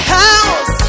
house